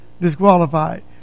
disqualified